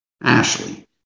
Ashley